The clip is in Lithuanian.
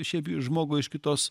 šiaip žmogui iš kitos